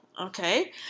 Okay